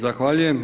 Zahvaljujem.